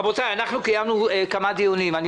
רבותי, אנחנו קיימנו כמה דיונים על